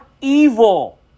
evil